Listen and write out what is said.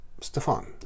Stefan